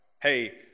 Hey